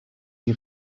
die